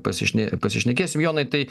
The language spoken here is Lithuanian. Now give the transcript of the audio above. pasišne pasišnekėsim jonai tai